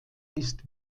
ist